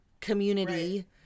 community